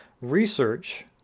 research